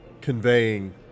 conveying